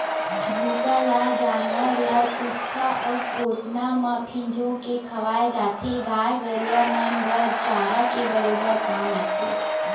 भूसा ल जानवर ल सुख्खा अउ कोटना म फिंजो के खवाय जाथे, गाय गरुवा मन बर चारा के बरोबर काम आथे